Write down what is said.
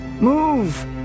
Move